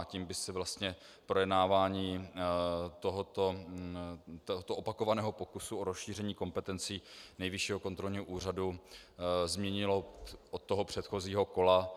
Tím by se vlastně projednávání tohoto opakovaného pokusu o rozšíření kompetencí Nejvyššího kontrolního úřadu změnilo od předchozího kola.